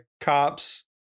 cops